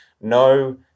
no